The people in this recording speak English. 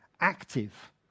active